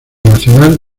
nacional